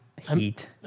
heat